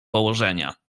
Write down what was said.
położenia